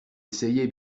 essayé